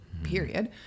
period